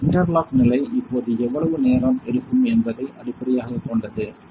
interlock நிலை இப்போது எவ்வளவு நேரம் எடுக்கும் என்பதை அடிப்படையாகக் கொண்டது Refer Time 1839